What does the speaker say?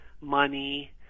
money